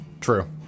True